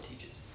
teaches